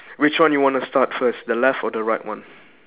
which one you want to start first the left or the right one